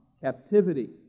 captivity